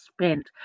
spent